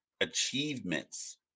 achievements